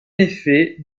effet